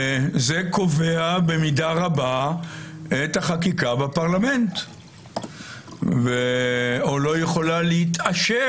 זה קובע במידה רבה את החקיקה בפרלמנט; או לא יכולה להתעשר